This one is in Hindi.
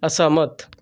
असहमत